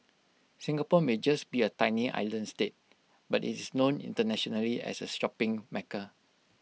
Singapore may just be A tiny island state but IT is known internationally as A shopping mecca